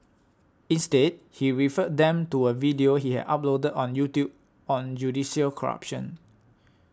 instead he referred them to a video he had uploaded on YouTube on judicial corruption